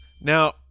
now